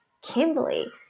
Kimberly